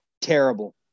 Terrible